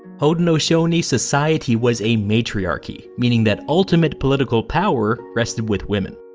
haudenosaunee society was a matriarchy, meaning that ultimate political power rested with women.